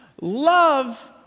Love